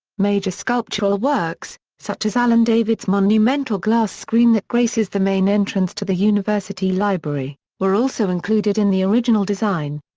major sculptural works, such as allen david's monumental glass screen that graces the main entrance to the university library, were also included in the original design.